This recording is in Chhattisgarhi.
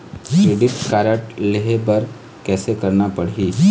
क्रेडिट कारड लेहे बर कैसे करना पड़ही?